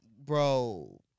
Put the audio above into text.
Bro